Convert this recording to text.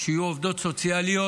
שיהיו עובדות סוציאליות,